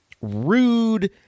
rude